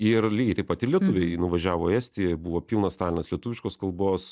ir lygiai taip pat ir lietuviai nuvažiavo į estiją ir buvo pilnas talinas lietuviškos kalbos